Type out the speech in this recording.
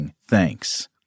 Thanks